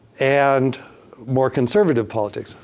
and more conservative politics.